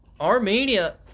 Armenia